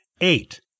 eight